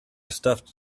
stuffed